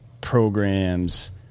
programs